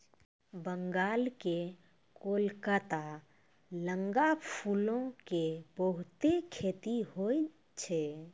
बंगाल के कोलकाता लगां फूलो के बहुते खेती होय छै